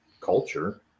culture